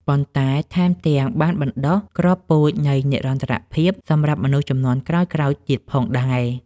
ប៉ុន្តែថែមទាំងបានបណ្ដុះគ្រាប់ពូជនៃនិរន្តរភាពសម្រាប់មនុស្សជំនាន់ក្រោយៗទៀតផងដែរ។